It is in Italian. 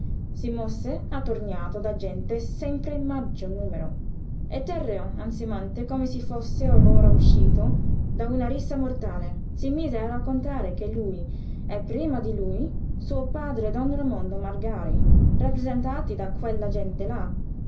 si mosse attorniato da gente sempre in maggior numero e terreo ansimante come se fosse or ora uscito da una rissa mortale si mise a raccontare che lui e prima di lui suo padre don raimondo màrgari rappresentati da quella gente là